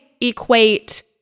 equate